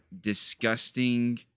disgusting